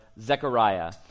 Zechariah